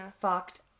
Fucked